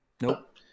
nope